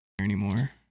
anymore